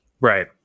Right